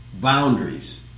boundaries